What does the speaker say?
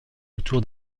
autour